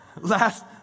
Last